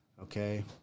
Okay